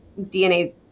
dna